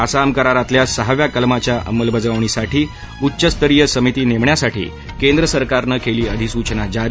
आसाम करारातल्या सहाव्या कलमाच्या अंमलबजावणीसाठी उच्च स्तरीय समिती नेमण्यासाठी केंद्र सरकारनं केली अधिसूचना जारी